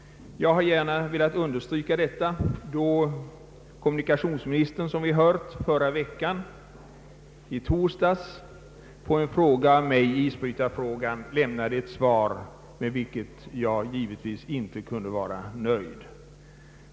Jag har gärna velat understryka detta då kommunikationsministern, som vi hört, i torsdags på en fråga av mig angående isbrytarberedskapen lämnade ett svar med vilket jag givetvis inte kunde vara nöjd.